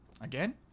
Again